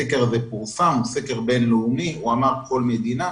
הסקר הבין-לאומי פורסם ואמר כל מדינה.